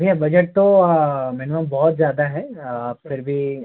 भैया बजट तो मेनू बहुत ज़्यादा है आप फिर भी